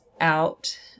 out